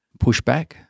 pushback